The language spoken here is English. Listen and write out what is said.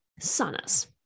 Saunas